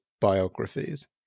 biographies